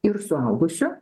ir suaugusių